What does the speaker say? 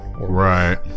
right